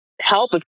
help